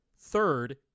third